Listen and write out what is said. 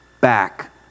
back